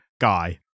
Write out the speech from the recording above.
guy